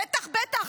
בטח, בטח.